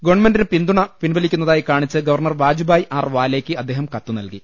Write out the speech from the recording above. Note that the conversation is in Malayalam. ഗവൺമെന്റിന് പിന്തുണ പിൻവലിക്കുന്നതായി കാണിച്ച് ഗവർണർ വാജുഭായ് ആർ വാലെയ്ക്ക് അദ്ദേഹം കത്തു നൽകി